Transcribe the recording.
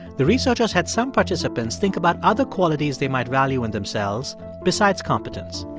the researchers had some participants think about other qualities they might value in themselves besides competence,